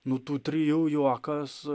nuo tų trijų juokas